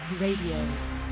Radio